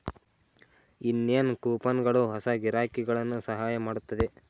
ಇನ್ನೇನ್ ಕೂಪನ್ಗಳು ಹೊಸ ಗಿರಾಕಿಗಳನ್ನು ಸಹಾಯ ಮಾಡುತ್ತದೆ